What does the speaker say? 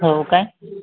हो काय